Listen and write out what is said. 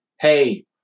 hey